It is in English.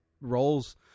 roles